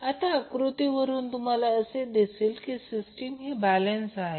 आता या आकृतीवरून तुम्हाला असे दिसेल की सिस्टीम ही बॅलेन्स आहे